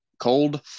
cold